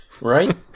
right